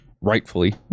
rightfully